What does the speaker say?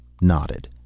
nodded